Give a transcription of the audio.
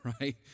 right